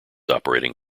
operating